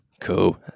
Cool